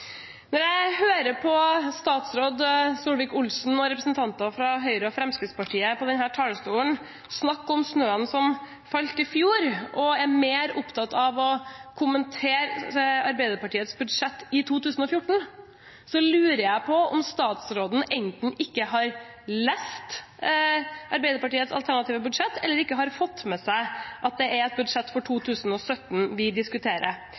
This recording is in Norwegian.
Når jeg hører at statsråd Solvik-Olsen og representanter fra Høyre og Fremskrittspartiet på denne talerstolen snakker om snøen som falt i fjor, og er mer opptatt av å kommentere Arbeiderpartiets budsjett i 2014, lurer jeg på om statsråden enten ikke har lest Arbeiderpartiets alternative budsjett, eller ikke har fått med seg at det er et budsjett for 2017 vi diskuterer.